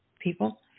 people